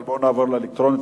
אבל בואו נעבור לאלקטרונית,